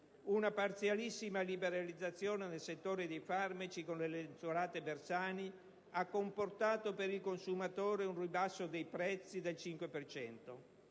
Una parzialissima liberalizzazione nel settore dei farmaci, con le lenzuolate Bersani, ha comportato per il consumatore un ribasso dei prezzi del 5